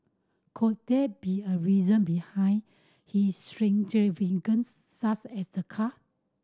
could that be a reason behind his such as the car